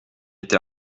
été